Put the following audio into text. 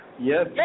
Yes